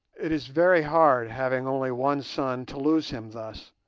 it is very hard having only one son to lose him thus,